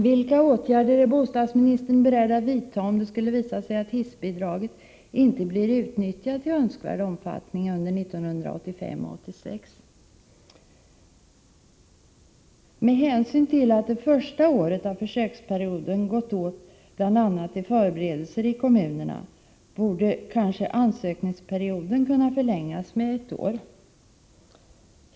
Vilka åtgärder är bostadsministern beredd att vidta, om det skulle visa sig att hissbidraget inte blir utnyttjat i önskvärd omfattning under 1985 och 1986? Med hänsyn till att det första året av försöksperioden har gått åt till bl.a. förberedelser i kommunerna borde kanske ansökningsperioden kunna förlängas med ett år.